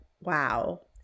wow